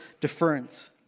deference